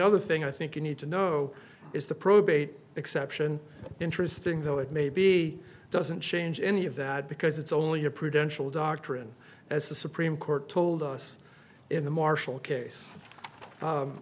other thing i think you need to know is the probate exception interesting though it may be doesn't change any of that because it's only a prudential doctrine as the supreme court told us in the marshall case